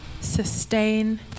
sustain